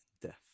death